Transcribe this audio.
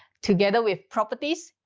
together with properties,